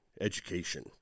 education